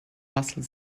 muscle